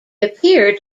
appear